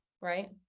right